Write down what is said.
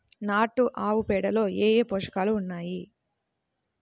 నాటు ఆవుపేడలో ఏ ఏ పోషకాలు ఉన్నాయి?